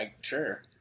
sure